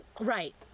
Right